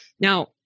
Now